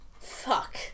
Fuck